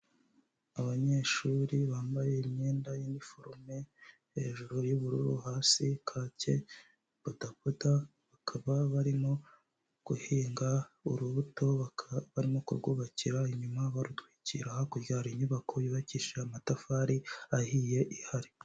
Abanyeshuri bambaye imyenda y'inifomo, hejuru y'ubururu, hasi kake, bodaboda, bakaba barimo guhinga urubuto, bakaba barimo kurwubakira, inyuma barutwikira, hakurya hari inyubako yubakishije amatafari ahiye ihari.